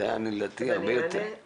זה לדעתי היה מקל מאוד.